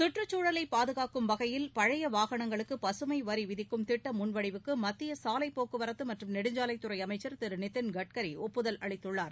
சுற்றுச்சூழலை பாதுகாக்கும் வகையில் பழைய வாகனங்களுக்கு பசுமை வரி விதிக்கும் திட்ட முன்வடிவுக்கு மத்திய சாலை போக்குவரத்து மற்றும் நெடுஞ்சாலைத் துறை அமைச்சா் திரு நிதின் கட்கரி ஒப்புதல் அளித்துள்ளார்